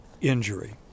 injury